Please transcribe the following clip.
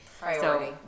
Priority